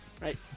Right